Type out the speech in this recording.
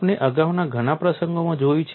આપણે અગાઉના ઘણા પ્રસંગોમાં જોયું છે